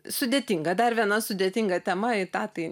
sudėtinga dar viena sudėtinga tema į tą tai